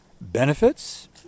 benefits